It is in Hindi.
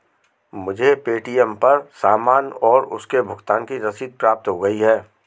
मुझे पे.टी.एम पर सामान और उसके भुगतान की रसीद प्राप्त हो गई है